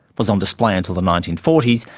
was on display until the nineteen forty s,